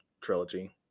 trilogy